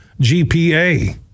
GPA